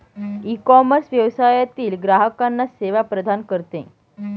ecommerce व्यवसायातील ग्राहकांना सेवा प्रदान करते